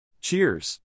Cheers